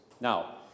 Now